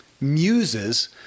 muses